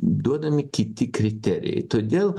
duodami kiti kriterijai todėl